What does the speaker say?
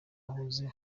wahoze